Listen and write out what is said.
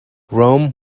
rome